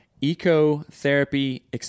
eco-therapy